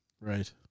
right